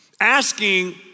Asking